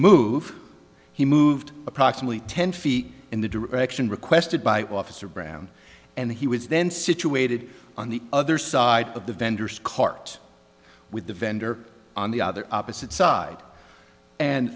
move he moved approximately ten feet in the direction requested by officer brown and he was then situated on the other side of the vendor's cart with the vendor on the other opposite side and